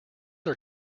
are